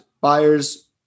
buyers